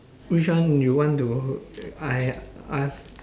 which one you want to I ask